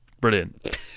brilliant